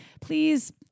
Please